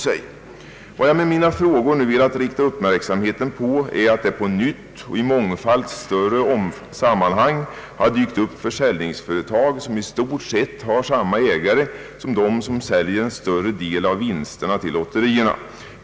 Vad jag med mina frågor nu velat rikta uppmärksamheten på är att det på nytt och i ett mångfalt större sammanhang har dykt upp försäljningsföretag som i stort sett har samma ägare som de som säljer en större del av vinsterna till lotterierna.